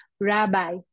Rabbi